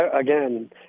again